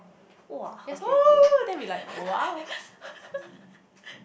!wah! okay okay